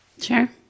sure